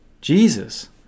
Jesus